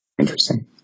Interesting